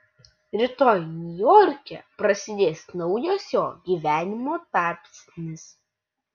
rytoj niujorke prasidės naujas jos gyvenimo tarpsnis